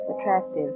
attractive